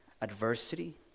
Adversity